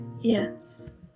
Yes